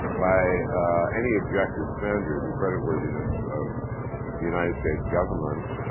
by any objective standards, the credit worthiness of the united states government,